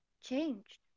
changed